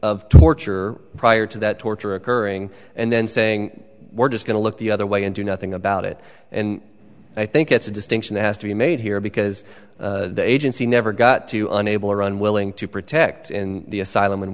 of torture prior to that torture occurring and then saying we're just going to look the other way and do nothing about it and i think that's a distinction that has to be made here because the agency never got to unable or unwilling to protect in the asylum and